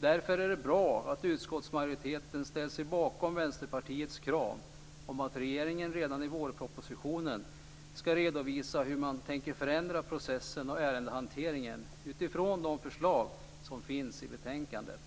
Därför är det bra att utskottsmajoriteten ställer sig bakom Vänsterpartiets krav att regeringen redan i vårpropositionen ska redovisa hur man tänker förändra processen och ärendehanteringen utifrån de förslag som finns i betänkandet.